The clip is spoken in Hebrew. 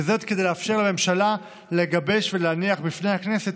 וזאת כדי לאפשר לממשלה לגבש ולהניח בפני הכנסת